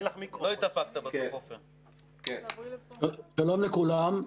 שלום לכולם.